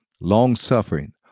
long-suffering